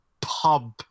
pub